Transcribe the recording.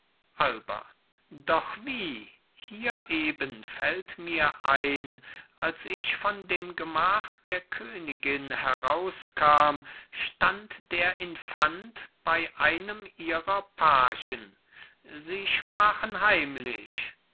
alba doch wie hier eben fällt mir ein als ich von dem gemach der königin herauskam stand der infant bei einem ihrer pagen sie sprachen heimlich